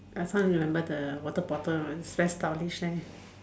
I still remember the water bottle very stylish leh